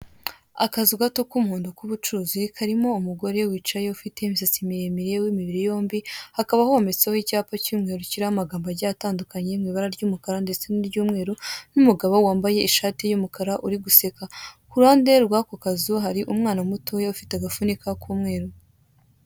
Akazu gato k'umuhondo k'ubucuruzi, karimo umugore wicaye ufite imisatsi miremire w'imibiribyombi. Hakaba hometseho icyapa cy'umweru kiriho amagambo agiye atandukanye, mu ibara ry'umukara ndetse n'iry'umweru, n'umugabo wambaye ishati y'umukara uri guseka. Ku ruhande rw'ako kazu hari umwana mutoya ufite agapfunyika k'umweru.